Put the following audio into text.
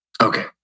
Okay